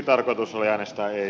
tarkoitus oli äänestää ei